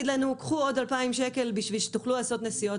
לנו: קחו עוד 2,000 שקל בשביל שתוכלו לעשות נסיעות.